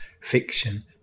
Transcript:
fiction